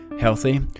healthy